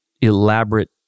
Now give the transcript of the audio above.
elaborate